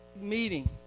meeting